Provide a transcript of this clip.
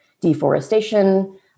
deforestation